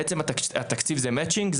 בעצם התקציב זה מצ'ינג?